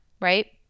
right